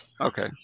Okay